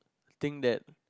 think that